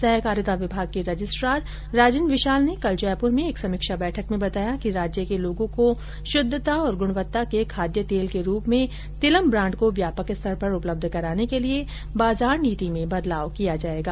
सहकारिता विभाग के रजिस्ट्रार राजन विशाल ने कल जयपुर में एक समीक्षा बैठक में बताया कि राज्य के लोगों को शुद्धता और गुणवत्ता के खाद्य तेल के रूप में तिलम ब्राण्ड को व्यापक स्तर पर उपलब्ध कराने के लिये बाजार नीति में बदलाव किया जायेगा